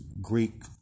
Greek